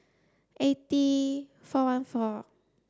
eighty four one four